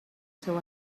seu